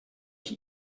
ich